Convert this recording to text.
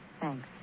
Thanks